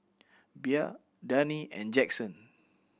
Bea Dani and Jaxon